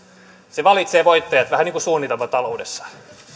se valitsee voittajat vähän niin kuin suunnitelmataloudessa